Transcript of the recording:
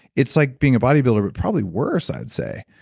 it's like being a bodybuilder, but probably worse, i'd say,